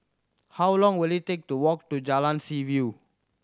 how long will it take to walk to Jalan Seaview